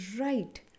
right